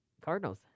Cardinals